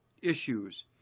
Issues